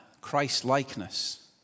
Christ-likeness